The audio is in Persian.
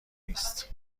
نیست